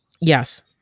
Yes